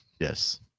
Yes